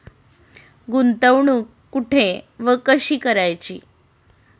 गुंतवणूक कुठे व कशी करायची?